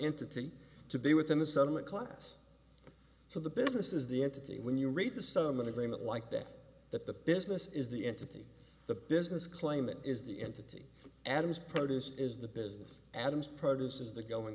entity to be within the set of the class so the business is the entity when you read the settlement agreement like that that the business is the entity the business claimant is the entity adam's produce is the business adams produce is the going